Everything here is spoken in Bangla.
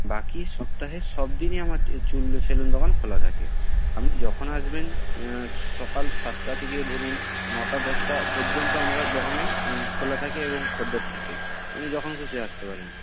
বাকি সপ্তাহের সব দিনই আমার এ চুল সেলুন দোকান খোলা থাকে আপনি যখন আসবেন সকাল সাতটা থেকে ধরুন নটা দশটা পর্যন্ত আমরা দোকানে খোলা থাকে এবং খদ্দের থাকে আপনি যখন খুশি আসতে পারেন